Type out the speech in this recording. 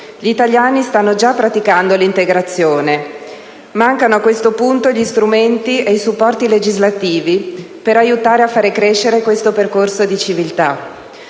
Gli italiani stanno già praticando l'integrazione. Mancano a questo punto gli strumenti e i supporti legislativi per aiutare a far crescere questo percorso di civiltà.